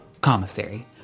Commissary